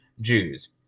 Jews